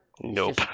Nope